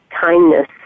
kindness